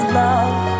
love